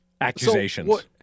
accusations